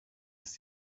ist